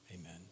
amen